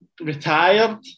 retired